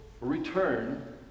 return